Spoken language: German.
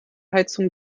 heizung